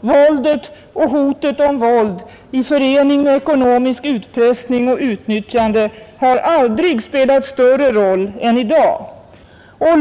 Våldet och hotet om våld i förening med ekonomisk utpressning och utnyttjande har aldrig spelat större roll än i dag.